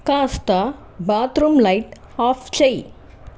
కాస్త bathroom light off చేయి